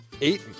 eight